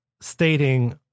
stating